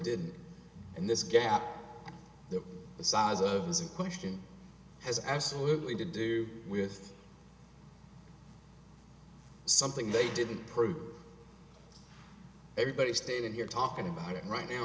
didn't and this gap the size of his in question has absolutely to do with something they didn't prove everybody standing here talking about it right now